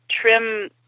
trim